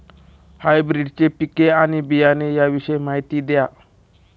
हायब्रिडची पिके आणि बियाणे याविषयी माहिती द्या